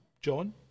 John